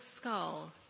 skull